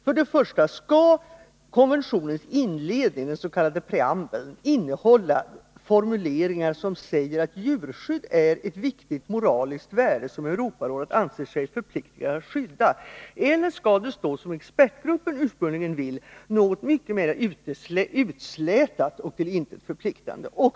För det första: Skall konventionens inledning, den s.k. preambeln, innehålla formuleringar som säger att djurskydd är ett viktigt moraliskt värde som Europarådet anser sig förpliktigat att skydda, eller skall det stå som expertgruppen vill — något mycket mer utslätat och till intet förpliktigande?